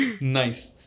nice